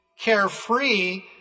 carefree